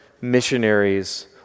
missionaries